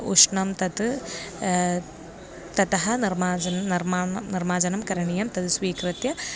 उष्णं तत् ततः निर्माजन् निर्माणं निर्माणं करणीयं तद् स्वीकृत्य